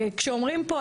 כשאומרים פה,